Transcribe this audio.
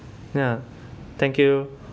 ya thank you